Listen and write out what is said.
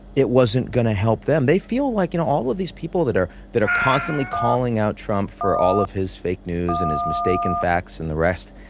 it wasn't going to help them. they feel like, you know, all of these people that are that are constantly calling out trump for all of his fake news and his mistaken facts and the rest,